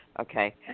Okay